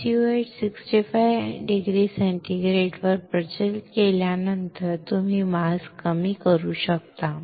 SU 8 65 अंश सेंटीग्रेडवर प्रचलित केल्यानंतर तुम्ही मास्क कमी करू शकता